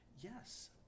Yes